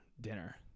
dinner